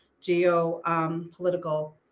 geopolitical